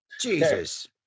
Jesus